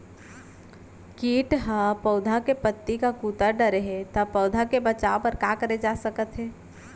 किट ह पौधा के पत्ती का कुतर डाले हे ता पौधा के बचाओ बर का करे जाथे सकत हे?